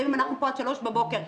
גם אם אנחנו פה עד 03:00 בבוקר.